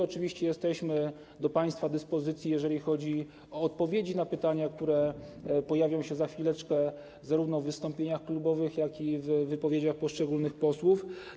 Oczywiście jesteśmy do państwa dyspozycji, jeśli chodzi o odpowiedzi na pytania, które pojawią się za chwileczkę zarówno w wystąpieniach klubowych, jak i w wypowiedziach poszczególnych posłów.